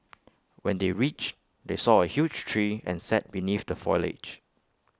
when they reached they saw A huge tree and sat beneath the foliage